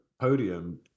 podium